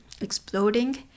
exploding